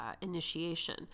initiation